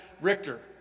Richter